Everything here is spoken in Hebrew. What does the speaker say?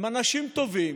הם אנשים טובים,